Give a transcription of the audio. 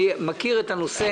אני מכיר את הנושא.